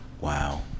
Wow